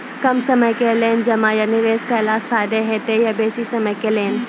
कम समय के लेल जमा या निवेश केलासॅ फायदा हेते या बेसी समय के लेल?